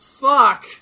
fuck